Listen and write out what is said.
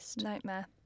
Nightmare